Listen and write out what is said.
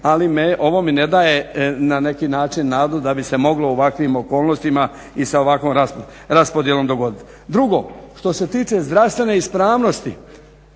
ali ovo mi ne daje na neki način nadu da bi se moglo u ovakvim okolnostima i sa ovakvom raspodjelom dogoditi. Drugo, što se tiče zdravstvene ispravnosti